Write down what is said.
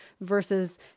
versus